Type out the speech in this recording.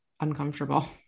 uncomfortable